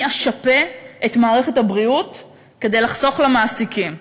אני אשפה את מערכת הבריאות כדי לחסוך למעסיקים.